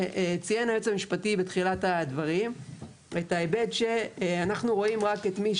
ציין היועץ המשפטי בתחילת הדברים את ההיבט שאנחנו רואים רק את מי